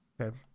Okay